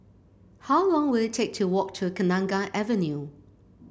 how long will it take to walk to Kenanga Avenue